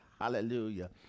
Hallelujah